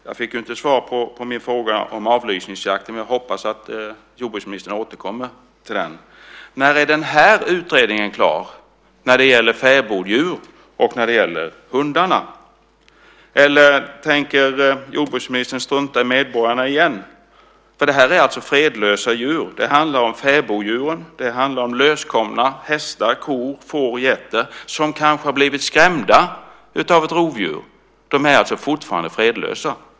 Jag fick ju inte svar på min fråga om avlysningsjakten, men jag hoppas att jordbruksministern återkommer till den. När är den här utredningen klar, när det gäller fäboddjur och hundar? Eller tänker jordbruksministern strunta i medborgarna igen? Det här är alltså fredlösa djur. Det handlar om fäboddjuren. Det handlar om löskomna hästar, kor, får och getter som kanske har blivit skrämda av ett rovdjur. De är alltså fortfarande fredlösa.